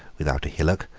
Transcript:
without a hillock,